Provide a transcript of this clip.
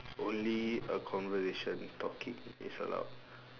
only a conversation talking is allowed